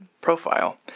profile